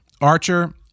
Archer